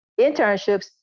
internships